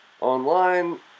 Online